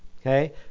Okay